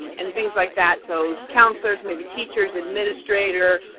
and things like that. so counselors, maybe teachers, administrator,